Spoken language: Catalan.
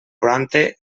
prompte